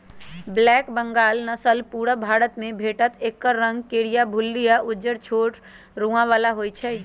black Bengal नसल पुरुब भारतमे भेटत एकर रंग करीया, भुल्ली आ उज्जर छोट रोआ बला होइ छइ